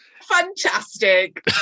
fantastic